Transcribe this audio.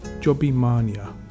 Jobimania